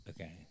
Okay